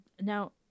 now